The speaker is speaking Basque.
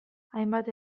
hainbat